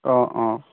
অঁ অঁ